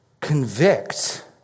convict